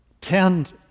tend